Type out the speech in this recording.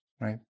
right